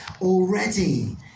already